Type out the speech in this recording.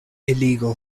illegal